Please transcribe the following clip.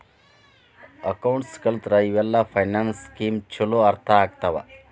accounts ಕಲತ್ರ ಇವೆಲ್ಲ finance scheme ಚೊಲೋ ಅರ್ಥ ಆಗ್ತವಾ